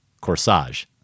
Corsage